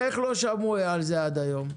איך לא שמעו על זה עד היום?